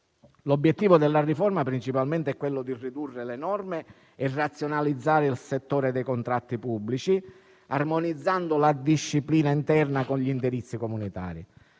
L'obiettivo della riforma è principalmente quello di ridurre le norme e razionalizzare il settore dei contratti pubblici, armonizzando la disciplina interna con gli indirizzi comunitari.